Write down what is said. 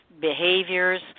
behaviors